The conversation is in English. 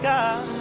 God